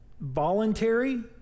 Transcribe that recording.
voluntary